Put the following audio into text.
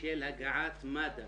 של הגעת מד"א